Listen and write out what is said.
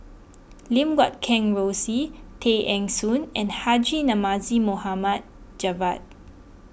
Lim Guat Kheng Rosie Tay Eng Soon and Haji Namazie Mohamed Javad